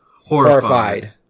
Horrified